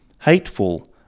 hateful